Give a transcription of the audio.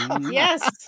Yes